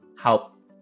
help